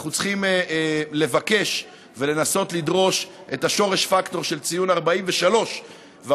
אנחנו צריכים לבקש ולנסות לדרוש את השורש פקטור של ציון 43 ומעלה,